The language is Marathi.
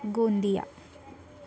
गोंदिया